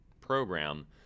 program